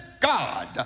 God